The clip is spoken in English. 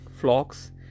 flocks